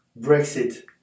Brexit